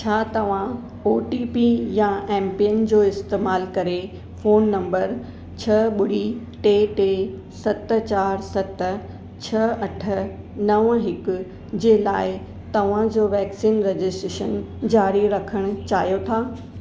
छा तव्हां O T P या एमपिन जो इस्तेमालु करे फोन नंबर छह ॿुड़ी टे टे सत चारि सत छह अठ नव हिक जे लाइ तव्हांजो वैक्सीन रजिस्ट्रेशन जारी रखणु चाहियो था